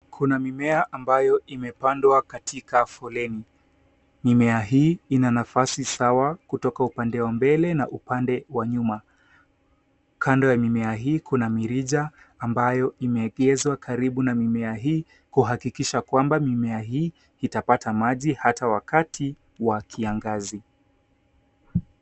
Kuna mimea ambayo imepandwa katika foleni. Mimea hii ina nafasi sawa kutoka upande wa mbele na upande wa nyuma. Kando ya mimea hii kuna mirija ambayo imeegezwa karibu na mimea hii kuhakikisha kwamba mimea hii itapata maji hata wakati wa kiangazi.